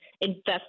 invest